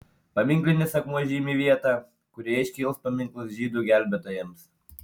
paminklinis akmuo žymi vietą kurioje iškils paminklas žydų gelbėtojams